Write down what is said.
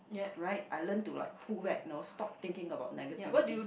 right I learn to like pull back know stop thinking about negativity